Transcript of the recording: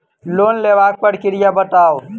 Loan लेबाक प्रक्रिया बताऊ?